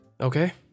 Okay